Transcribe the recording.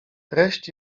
treść